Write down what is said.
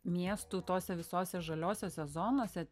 miestų tose visose žaliosiose zonose